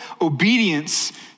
obedience